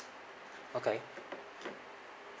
okay